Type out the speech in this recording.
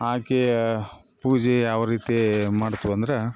ಆಕೆಯ ಪೂಜೆ ಯಾವ ರೀತಿ ಮಾಡ್ತುವು ಅಂದರೆ